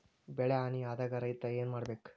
ಬೆಳಿ ಹಾನಿ ಆದಾಗ ರೈತ್ರ ಏನ್ ಮಾಡ್ಬೇಕ್?